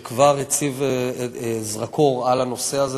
שכבר הציב זרקור על הנושא הזה.